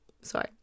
Sorry